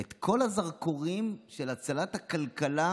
ואת כל הזרקורים של הצלת הכלכלה